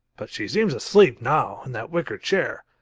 but she seems asleep now, in that wicker chair,